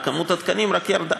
מספר התקנים רק ירד,